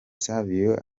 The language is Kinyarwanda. savio